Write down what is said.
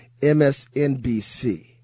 MSNBC